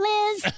Liz